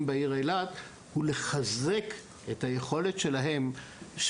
בעיר אילת הוא לחזק את היכולת להתמודד עם פגים מאוחרים.